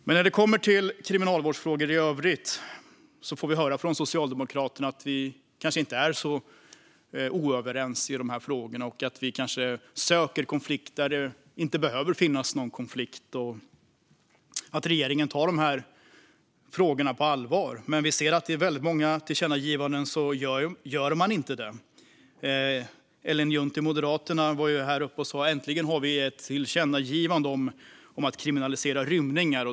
Men när det kommer till kriminalvårdsfrågor i övrigt får vi höra från Socialdemokraterna att vi kanske inte är så oöverens i dessa frågor, att vi kanske söker konflikt där det inte behöver finnas någon konflikt och att regeringen tar dessa frågor på allvar. Men när det gäller väldigt många tillkännagivanden ser vi att man inte gör det. Ellen Juntti, Moderaterna, var här uppe och sa: Äntligen har vi ett tillkännagivande om att kriminalisera rymningar.